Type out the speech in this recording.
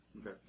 Okay